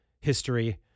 history